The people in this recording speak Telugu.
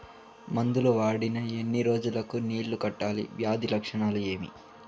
మందులు వాడిన ఎన్ని రోజులు కు నీళ్ళు కట్టాలి, వ్యాధి లక్షణాలు ఏమి?